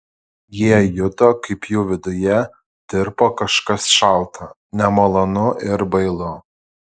jie juto kaip jų viduje tirpo kažkas šalta nemalonu ir bailu